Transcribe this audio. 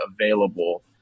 available